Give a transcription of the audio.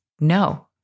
No